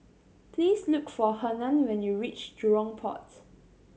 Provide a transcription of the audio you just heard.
please look for Hernan when you reach Jurong Port